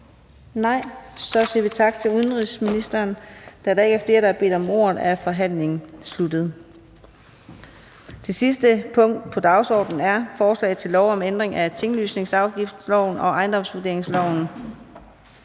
Så siger vi tak til udenrigsministeren. Da der ikke er flere, der har bedt om ordet, er forhandlingen sluttet. --- Det sidste punkt på dagsordenen er: 6) 1. behandling af lovforslag nr. L 53: Forslag til lov om ændring af tinglysningsafgiftsloven og ejendomsvurderingsloven.